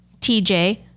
TJ